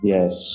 Yes